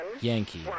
Yankee